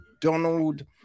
donald